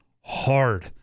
hard